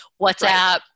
WhatsApp